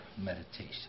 meditation